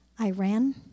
Iran